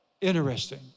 interesting